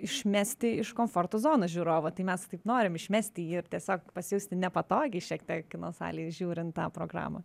išmesti iš komforto zonos žiūrovą tai mes taip norim išmesti jį ir tiesiog pasijusti nepatogiai šiek tiek kino salėj žiūrint tą programą